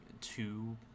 two